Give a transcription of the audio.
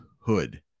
hood